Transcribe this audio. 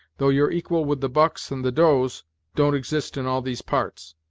though your equal with the bucks and the does don't exist in all these parts.